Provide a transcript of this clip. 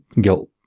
guilt